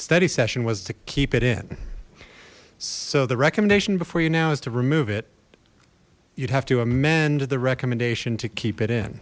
study session was to keep it in so the recommendation before you now is to remove it you'd have to amend the recommendation to keep it in